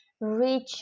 Reach